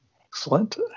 Excellent